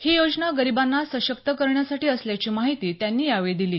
ही योजना गरिबांना सशक्त करण्यासाठी असल्याची माहिती त्यांनी यावेळी दिली